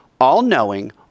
all-knowing